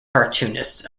cartoonists